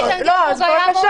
לא לענות.